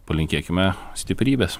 palinkėkime stiprybės